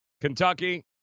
Kentucky